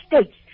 states